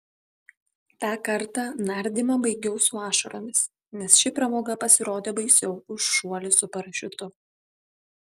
tą kartą nardymą baigiau su ašaromis nes ši pramoga pasirodė baisiau už šuolį su parašiutu